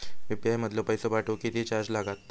UPI मधलो पैसो पाठवुक किती चार्ज लागात?